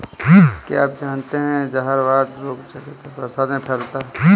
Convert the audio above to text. क्या आप जानते है जहरवाद रोग ज्यादातर बरसात में फैलता है?